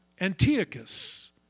Antiochus